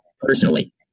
personally